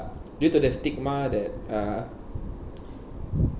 due to the stigma that uh